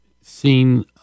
seen